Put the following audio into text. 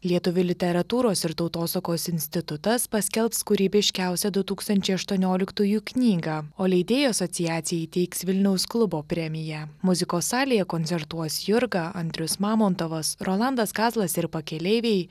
lietuvių literatūros ir tautosakos institutas paskelbs kūrybiškiausią du tūkstančiai aštuonioliktųjų knygą o leidėjų asociacija įteiks vilniaus klubo premiją muzikos salėje koncertuos jurga andrius mamontovas rolandas kazlas ir pakeleiviai